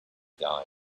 die